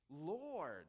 Lord